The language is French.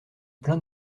plein